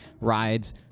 rides